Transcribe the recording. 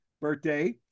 birthday